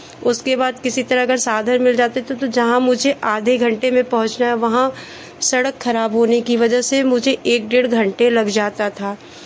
उसके बाद किसी तरह अगर साधन मिल जाते थे तो जहाँ मुझे आधे घंटे में पहुंचना है वहाँ सड़क खराब होने की वजह से मुझे एक डेढ़ घंटे लग जाता था